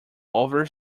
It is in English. over